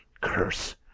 Curse